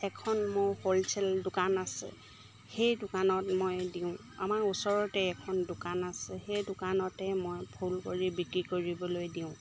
এখন মোৰ হ'লচেল দোকান আছে সেই দোকানত মই দিওঁ আমাৰ ওচৰতে এখন দোকান আছে সেই দোকানতে মই ফুল কৰি বিক্ৰী কৰিবলৈ দিওঁ